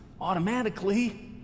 automatically